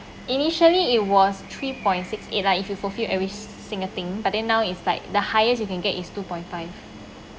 initially it was three point six eight lah if you fulfill every single thing but then now it's like the highest you can get is two point five